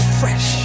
fresh